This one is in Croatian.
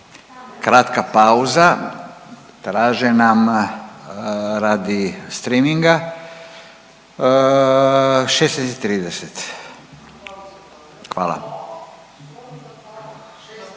kratka pauza. Traže nam radi streaminga. 16,30. Hvala.